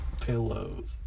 pillows